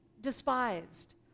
despised